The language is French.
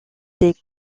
des